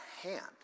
hand